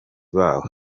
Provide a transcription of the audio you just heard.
babo